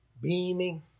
beaming